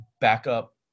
backup